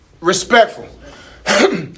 Respectful